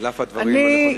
על אף הדברים הנכונים.